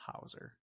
Hauser